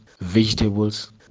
vegetables